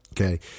okay